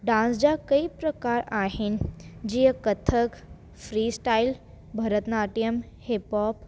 dance जा कई प्रकार आहिनि जीअं Kathak free style Bharatanatyam hip hop